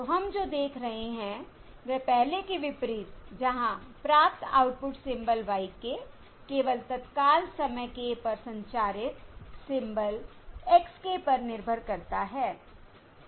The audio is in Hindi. तो हम जो देख रहे हैं वह पहले के विपरीत जहां प्राप्त आउटपुट सिंबल y k केवल तत्काल समय k पर संचारित सिंबल x k पर निर्भर करता है